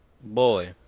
Boy